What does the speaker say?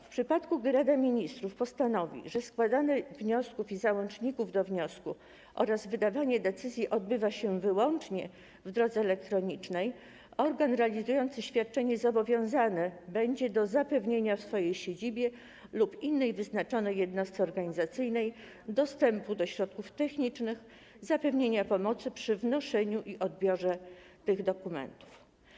W przypadku gdy Rada Ministrów postanowi, że składanie wniosków i załączników do wniosków oraz wydawanie decyzji odbywa się wyłącznie w drodze elektronicznej, organ realizujący świadczenie zobowiązany będzie do zapewnienia w swojej siedzibie lub innej wyznaczonej jednostce organizacyjnej dostępu do środków technicznych oraz do zapewnienia pomocy przy wnoszeniu i odbiorze tych dokumentów.